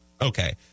Okay